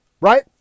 Right